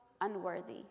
unworthy